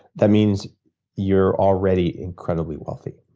that means you're already incredibly wealthy.